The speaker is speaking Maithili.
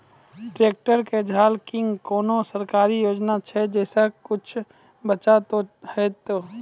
ट्रैक्टर के झाल किंग कोनो सरकारी योजना छ जैसा कुछ बचा तो है ते?